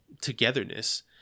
togetherness